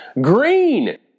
green